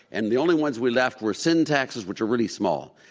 and the only ones we left were sin taxes, which are really small.